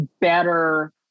better